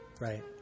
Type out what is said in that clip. Right